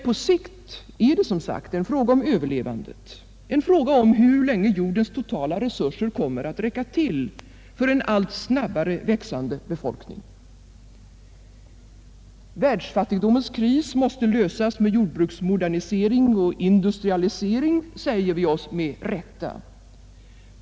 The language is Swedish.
På sikt är det som sagt en fråga om överlevandet, en fråga om hur länge jordens totala resurser kommer att räcka till för en allt snabbare växande befolkning. Världsfattigdomens kris måste lösas med jordbruksmodernisering och industrialisering, säger vi oss med rätta.